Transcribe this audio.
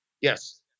Yes